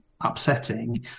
upsetting